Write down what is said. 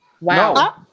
Wow